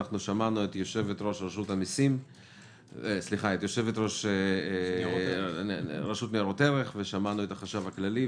אנחנו שמענו את יושבת-ראש הרשות לניירות ערך ושמענו את החשב הכללי,